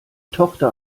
tochter